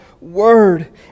word